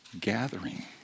gathering